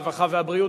הרווחה והבריאות.